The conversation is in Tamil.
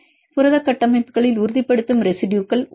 புரத கட்டமைப்புகளில் உறுதிப்படுத்தும் ரெசிடுயுகள் உள்ளன